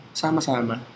sama-sama